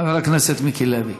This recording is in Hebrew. חבר הכנסת מיקי לוי.